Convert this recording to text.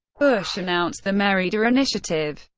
bush announced the merida initiative,